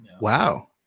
Wow